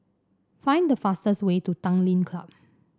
find the fastest way to Tanglin Club